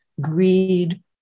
greed